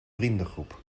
vriendengroep